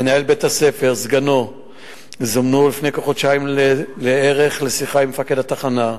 מנהל בית-הספר וסגנו זומנו לפני כחודשיים לשיחה עם מפקד התחנה,